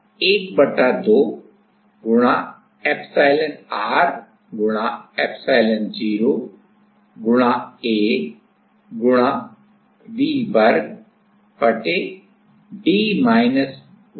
½ epsilon r epsilon0 A V2 2 है